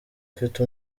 afite